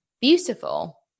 beautiful